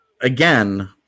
again